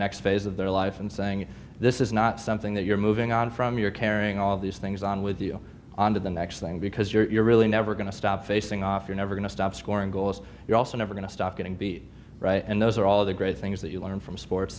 next phase of their life and saying this is not something that you're moving on from you're carrying all these things on with you onto the next thing because you're really never going to stop facing off you're never going to stop scoring goals you're also never going to stop getting beat and those are all the great things that you learn from sports